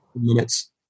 minutes